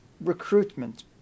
recruitment